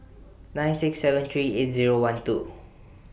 nine six seven three eight Zero one two